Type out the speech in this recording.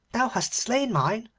thou hast slain mine.